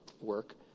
work